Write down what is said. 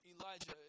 Elijah